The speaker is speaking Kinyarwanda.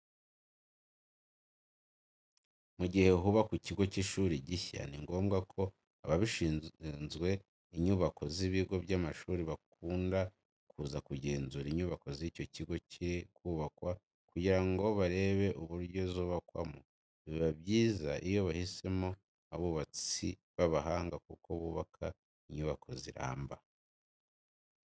Mu gihe hubakwa ikigo cy'ishuri gishya ni ngombwa ko abashinzwe inyubako z'ibigo by'amashuri bakunda kuza kugenzura inyubako z'icyo kigo kiri kubakwa kugira ngo barebe uburyo zubakwamo. Biba byiza iyo bahisemo abubatsi b'abahanga kuko bubaka inyubako ziramba.